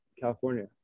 california